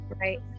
right